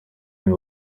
niwe